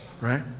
Right